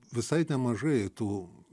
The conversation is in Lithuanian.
visai nemažai tų